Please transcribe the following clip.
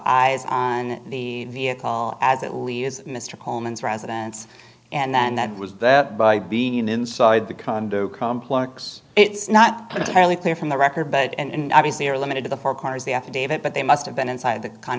eyes on the vehicle as it leaves mr coleman's residence and then that was that by being inside the condo complex it's not entirely clear from the record but and obviously are limited to the four corners the affidavit but they must have been inside the kind